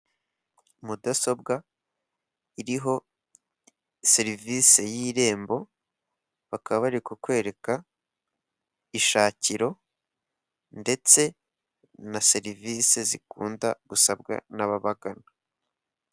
Mudasobwa iriho serivise y'irembo bakaba bari kukwereka ishakiro ndetse na serivise zikunda gusabwa n'ababagana.